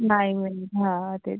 नाही हां हां तेच